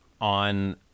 on